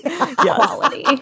quality